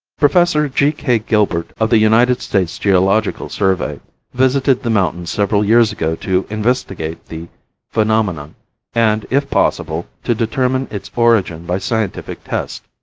professor g. k. gilbert of the united states geological survey visited the mountain several years ago to investigate the phenomenon and, if possible, to determine its origin by scientific test.